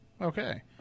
Okay